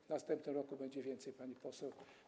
W następnym roku będzie więcej, pani poseł.